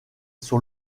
sur